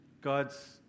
God's